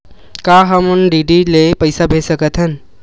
का हम डी.डी ले पईसा भेज सकत हन?